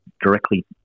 directly